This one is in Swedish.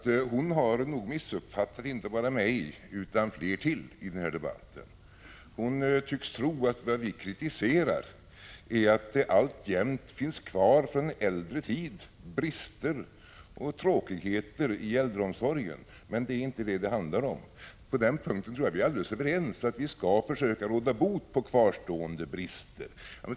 Hon har nog missuppfattat inte bara mig utan även andra i denna debatt. Hon tycks tro att vad vi kritiserar är att det alltjämt finns kvar från äldre tid brister och tråkigheter i äldreomsorgen. Men det är inte det det handlar om. Jag tror att vi är alldeles överens på den punkten, att vi skall försöka råda bot på kvarstående brister.